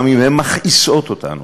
גם אם הן מכעיסות אותנו.